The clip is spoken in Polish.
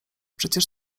przecież